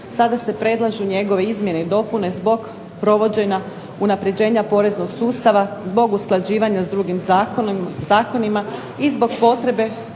sada se predlažu njegove izmjene i dopune zbog unapređenja poreznog sustava zbog usklađivanja s drugim zakonima, i zbog potrebe